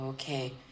Okay